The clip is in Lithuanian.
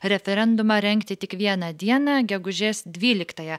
referendumą rengti tik vieną dieną gegužės dvyliktąją